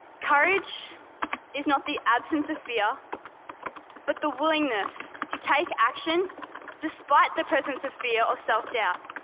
courage is not the absence of fear but the willingness to take action despite the presence of fear or self-doubt.